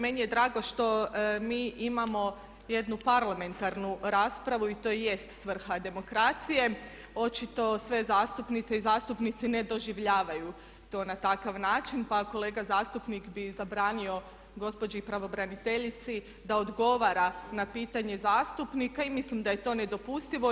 Meni je drago što mi imamo jednu parlamentarnu raspravu i to jest svrha demokracije, očito sve zastupnice i zastupnici ne doživljavaju to na takav način pa kolega zastupnik bi zabranio gospođi pravobraniteljici da odgovara na pitanje zastupnika i mislim da je to nedopustivo.